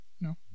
no